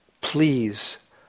Please